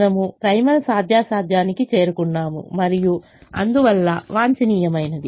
మనము ప్రైమల్ సాధ్యాసాధ్యానికి చేరుకున్నాము మరియు అందువల్ల వాంఛనీయమైనది